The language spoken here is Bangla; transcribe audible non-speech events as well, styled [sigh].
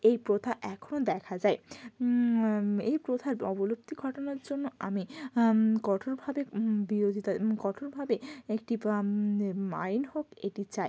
এই প্রথা এখনও দেখা যায় এই প্রথার অবলুপ্তি ঘটানোর জন্য আমি কঠোরভাবে বিরোধিতা কঠোরভাবে একটি [unintelligible] আইন হোক এটি চাই